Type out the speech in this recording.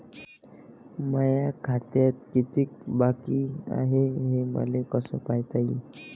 माया खात्यात कितीक बाकी हाय, हे मले कस पायता येईन?